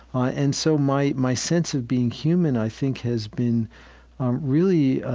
ah and so my my sense of being human, i think, has been really, ah,